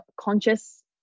conscious